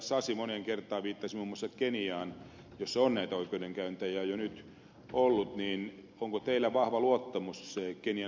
sasi moneen kertaan viittasi muun muassa keniaan jossa on näitä oikeudenkäyntejä jo nyt ollut onko teillä vahva luottamus kenian oikeuslaitokseen